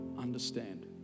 understand